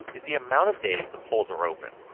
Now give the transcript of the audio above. is the amount of days the polls are open.